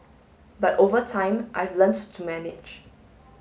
but over time I've learnt to manage